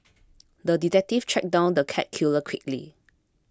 the detective tracked down the cat killer quickly